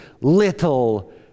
little